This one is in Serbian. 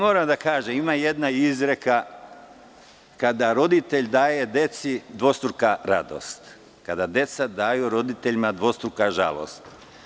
Moram da kažem, ima jedna izreka – kada roditelj daje deci, dvostruka radost, a kada deca daju roditeljima, dvostruka žalost.